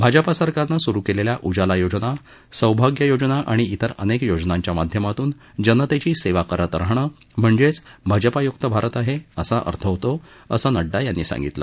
भाजपा सरकारनं सुरू केलेल्या उजाला योजना सौभाग्य योजना आणि तिर अनेक योजनांच्या माध्यमातून जनतेची सेवा करत राहणं म्हणजेच भाजपायुक्त भारत असा अर्थ आहे असं नड्डा यांनी सांगितलं